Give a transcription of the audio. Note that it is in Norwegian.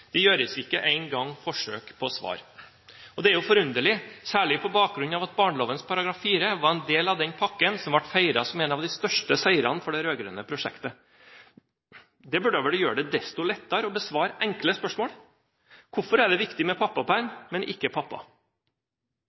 Det gjøres ikke engang et forsøk på å svare. Det er forunderlig, særlig på bakgrunn av at barneloven § 4 var en del av den pakken som ble feiret som en av de største seirene for det rød-grønne prosjektet. Det burde vel gjøre det desto lettere å besvare enkle spørsmål som: Hvorfor er det viktig med pappaperm, men ikke med pappa?